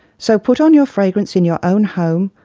so put on your fragrance in your own home,